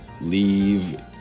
leave